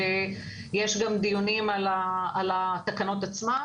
יש גם דיונים על התקנות עצמן,